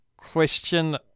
question